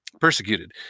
persecuted